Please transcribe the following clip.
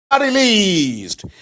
released